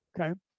Okay